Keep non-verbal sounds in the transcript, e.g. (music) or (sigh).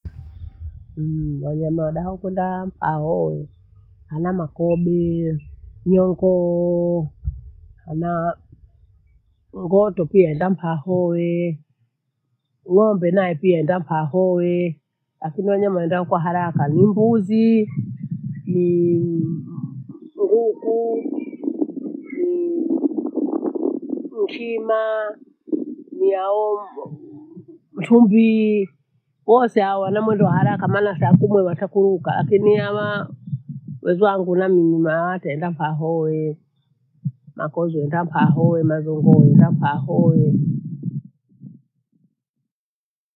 mmmh! wanyama wadao kundaa ahowee hana makobee, nyongoo, hanaa ngoto pia enda mha hoe, ng'ombe nae pia enda mha hoe. Lakini wanyama wanyama waendao kwa haraka ni mbuzii, ni- i- i- nguku (noise) ni- i- i nchima, diao chumvii wose hawa wana mwendo wa haraka maana saa kumi watakuluka. Lakini hawaa, wenzwangu na mm hawataenda mthahoe makozi wenda mha hoe nazungumza mha hoe. (noise)